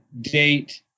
date